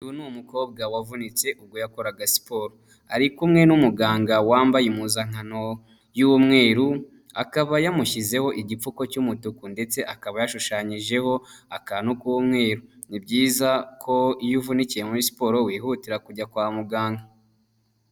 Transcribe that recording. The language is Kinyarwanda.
Uyu ni umukobwa wavunitse ubwo yakoraga siporo. Ari kumwe n'umuganga wambaye impuzankano y'umweru, akaba yamushyizeho igipfuko cy'umutuku ndetse akaba yashushanyijeho akantu k'umweru. Ni byiza ko iyo uvunikiye muri siporo wihutira kujya kwa muganga.